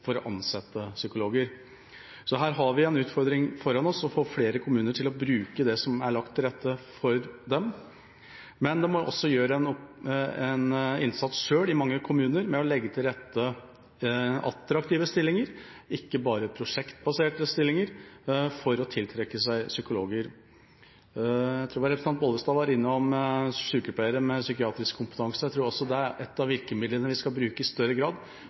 for å ansette psykologer. Så her har vi en utfordring foran oss, å få flere kommuner til å bruke det som er lagt til rette for dem. Men de må også gjøre en innsats selv i mange kommuner med å legge til rette attraktive stillinger, ikke bare prosjektbaserte stillinger, for å tiltrekke seg psykologer. Jeg tror det var representanten Bollestad som var innom sykepleiere med psykiatrisk kompetanse. Jeg tror også at det er et av virkemidlene vi skal bruke i større grad,